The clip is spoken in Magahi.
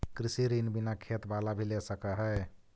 कृषि ऋण बिना खेत बाला भी ले सक है?